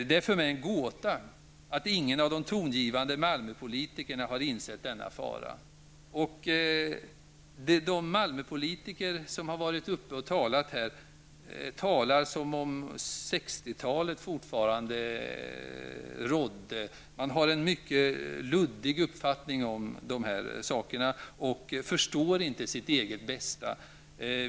Det är för mig en gåta att ingen av de tongivande Malmöpolitikerna har insett denna fara. De Malmöpolitiker som yttrat sig här talar som om det fortfarande var 1960-tal; man har en mycket luddig uppfattning om de här sakerna och förstår inte sitt eget bästa.